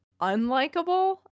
unlikable